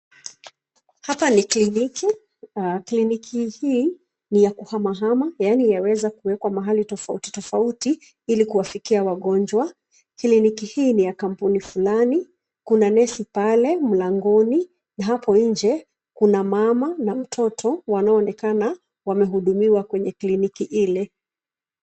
Hapa ni kliniki, kliniki hii ni ya kuhamahama yaani yaweza kuwekwa mahali tofautitofauti ili kuwafikia wagonjwa. Kliniki hii ni ya kampuni fulani. Kuna nesi pale mlangoni na hapo nje kuna mama na mtoto wanaoonekana wamehudumiwa kwenye kliniki ile.